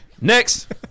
Next